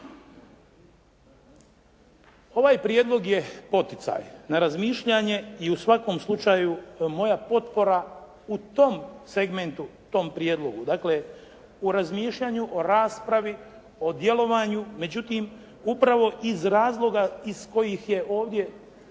Ovaj prijedlog je poticaj na razmišljanje i u svakom slučaju moja potpora u tom segmentu tom prijedlogu. Dakle u razmišljanju o raspravi, o djelovanju. Međutim upravo iz razloga iz kojih je ovdje,